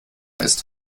ist